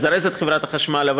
מזרז את חברת החשמל,